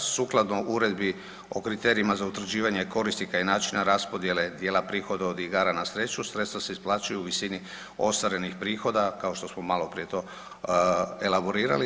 Sukladno Uredbi o kriterijima za utvrđivanje korisnika i načina raspodjele djela prihoda od igara na sreću sredstva se isplaćuju u visini ostvarenih prihoda kao što smo maloprije to elaborirali.